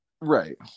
Right